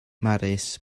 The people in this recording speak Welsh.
mharis